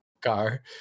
car